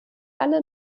alle